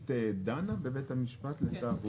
הם רוצים שאותו נהג ב-51% ישכנע דיין שהם לא יפגשו אותם לעולם